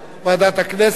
ועדת הכנסת.